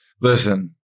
Listen